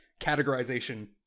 categorization